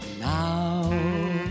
now